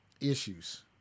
issues